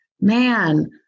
man